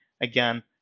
again